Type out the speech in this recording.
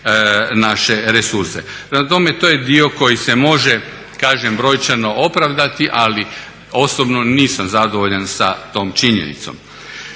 naše resurse. Prema tome to je dio koji se može kažem brojčano opravdati ali osobno nisam zadovoljan sa tom činjenicom.